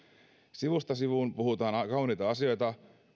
sivusta sivuun puhutaan kauniita asioita